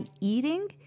eating